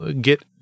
get